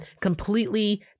completely